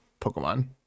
Pokemon